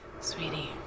Sweetie